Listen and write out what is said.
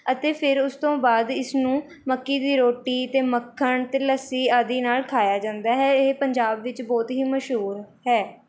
ਅਤੇ ਫਿਰ ਉਸ ਤੋਂ ਬਾਅਦ ਇਸ ਨੂੰ ਮੱਕੀ ਦੀ ਰੋਟੀ ਅਤੇ ਮੱਖਣ 'ਤੇ ਲੱਸੀ ਆਦਿ ਨਾਲ਼ ਖਾਇਆ ਜਾਂਦਾ ਹੈ ਇਹ ਪੰਜਾਬ ਵਿੱਚ ਬਹੁਤ ਹੀ ਮਸ਼ਹੂਰ ਹੈ